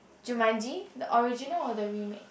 Jumanji the original or the remake